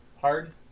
hard